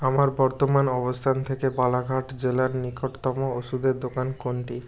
আমার বর্তমান অবস্থান থেকে বালাঘাট জেলার নিকটতম ওষুধের দোকান কোনটি